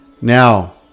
Now